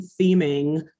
theming